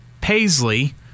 Paisley